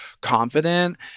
confident